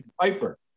Piper